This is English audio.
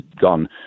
gone